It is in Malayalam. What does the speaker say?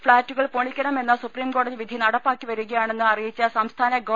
ഫ്ളാറ്റുകൾ പൊളിക്കണമെന്ന സുപ്രീംകോ ടതി വിധി നടപ്പാക്കി വരികയാണെന്ന് അറിയിച്ച സംസ്ഥാന ഗവ